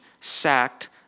sacked